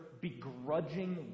begrudging